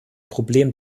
problem